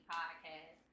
Podcast